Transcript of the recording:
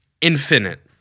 Infinite